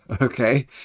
Okay